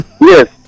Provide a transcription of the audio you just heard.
yes